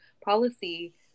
policy